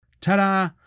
Ta-da